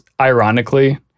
ironically